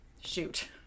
shoot